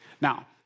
Now